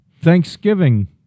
Thanksgiving